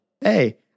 Hey